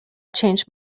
changed